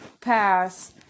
pass